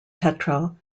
petrel